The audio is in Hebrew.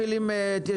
שלום לכולם,